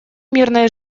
мирные